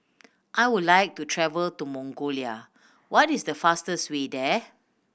I would like to travel to Mongolia what is the fastest way there